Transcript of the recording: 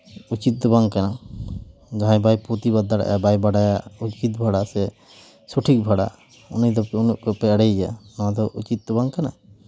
ᱩᱪᱤᱛ ᱫᱚ ᱵᱟᱝ ᱠᱟᱱᱟ ᱡᱟᱦᱟᱸᱭ ᱵᱟᱭ ᱯᱨᱚᱛᱤᱵᱟᱫ ᱫᱟᱲᱮᱜᱼᱟ ᱵᱟᱭ ᱵᱟᱰᱟᱭᱟ ᱩᱪᱤᱛ ᱵᱷᱟᱲᱟ ᱥᱮ ᱥᱚᱴᱷᱤᱠ ᱵᱷᱟᱲᱟ ᱩᱱᱤ ᱫᱚ ᱩᱱᱟᱹᱜ ᱯᱮ ᱮᱲᱮᱭᱭᱟ ᱱᱚᱣᱟ ᱛᱚ ᱩᱪᱤᱫ ᱫᱚ ᱵᱟᱝ ᱠᱟᱱᱟ